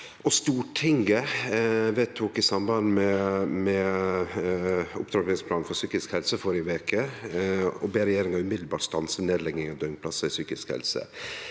Stortinget vedtok i samband med opptrappingsplanen for psykisk helse førre veke å be regjeringa stanse nedlegging av døgnplassar i psykisk helse